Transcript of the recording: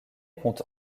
compte